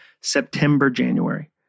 September-January